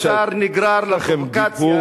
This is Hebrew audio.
יש, דיבור פשוט גועל נפש.